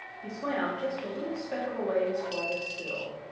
he swam just a little speck of a ways farther still.